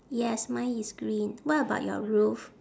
yes mine is green what about your roof